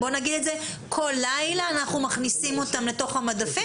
כל לילה אנחנו מכניסים אותן לתוך המדפים